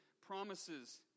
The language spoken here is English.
promises